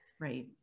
Right